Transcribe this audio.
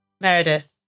Meredith